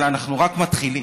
אבל אנחנו רק מתחילים.